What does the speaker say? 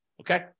okay